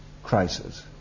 crisis